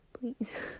please